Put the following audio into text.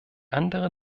andere